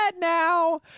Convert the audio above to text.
now